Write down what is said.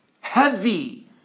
heavy